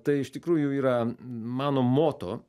tai iš tikrųjų yra mano moto